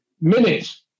minutes